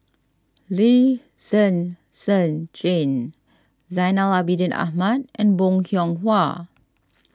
Lee Zhen Zhen Jane Zainal Abidin Ahmad and Bong Hiong Hwa